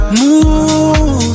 move